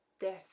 death